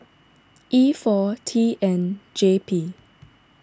E four T N J P